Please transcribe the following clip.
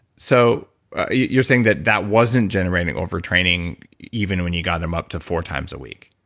so you're saying that that wasn't generating over training even when you got them up to four times a week?